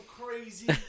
crazy